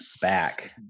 back